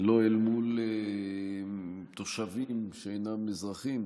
לא אל מול תושבים שאינם אזרחים,